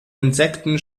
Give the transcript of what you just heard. insekten